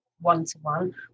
one-to-one